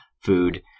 food